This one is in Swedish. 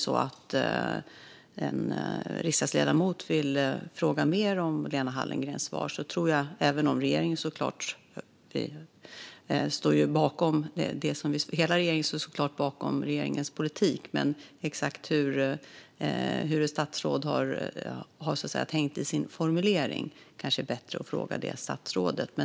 Hela regeringen står såklart bakom regeringens politik, men om en riksdagsledamot vill fråga mer om exakt hur ett statsråd har tänkt i sin formulering är det kanske bättre att fråga det statsrådet.